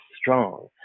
strong